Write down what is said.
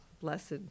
blessed